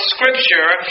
Scripture